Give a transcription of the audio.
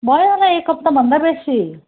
भयो होला एक हप्ताभन्दा बेसी